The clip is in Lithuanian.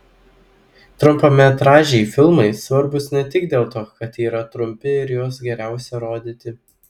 trumpametražiai filmai svarbūs ne tik dėl to kad yra trumpi ir juos geriausia rodyti